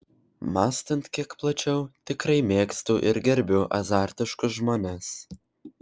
mąstant kiek plačiau tikrai mėgstu ir gerbiu azartiškus žmones